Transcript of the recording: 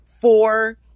four